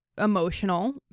emotional